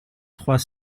trois